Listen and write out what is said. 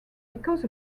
because